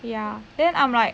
ya then I'm like